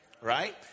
Right